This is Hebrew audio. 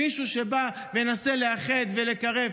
מישהו שבא, מנסה לאחד ולקרב?